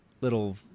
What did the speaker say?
little